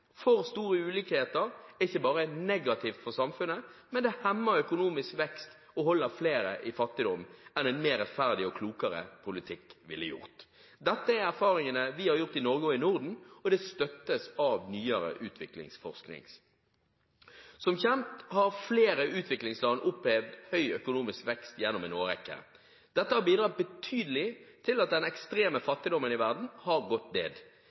For store ulikheter er ikke bare negativt for samfunnet, men det hemmer økonomisk vekst og holder flere i fattigdom enn en mer rettferdig og klokere politikk ville gjort. Dette er erfaringene vi har gjort oss i Norge og i Norden, og det støttes av nyere utviklingsforskning. Som kjent har flere utviklingsland opplevd høy økonomisk vekst gjennom en årrekke. Dette har bidratt betydelig til at den ekstreme fattigdommen i verden har gått ned.